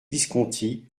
visconti